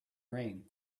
rain